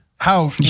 how-